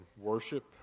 worship